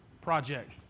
project